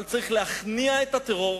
אבל צריך להכניע את הטרור,